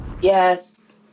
Yes